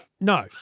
No